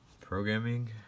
Programming